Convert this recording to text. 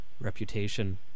reputation